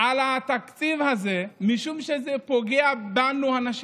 על התקציב הזה, משום שזה פוגע בנו, הנשים.